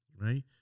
right